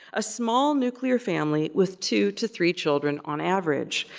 a small nuclear family with two to three children on average.